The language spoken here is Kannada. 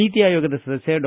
ನೀತಿ ಅಯೋಗದ ಸದಸ್ಯ ಡಾ